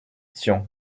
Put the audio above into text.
tian